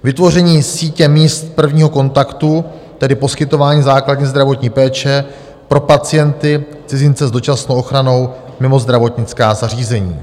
Vytvoření sítě míst prvního kontaktu, tedy poskytování základní zdravotní péče pro pacienty cizince s dočasnou ochranou mimo zdravotnická zařízení.